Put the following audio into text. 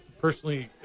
personally